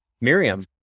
Miriam